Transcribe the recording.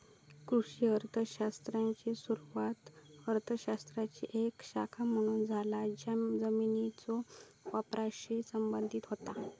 कृषी अर्थ शास्त्राची सुरुवात अर्थ शास्त्राची एक शाखा म्हणून झाला ज्या जमिनीच्यो वापराशी संबंधित होता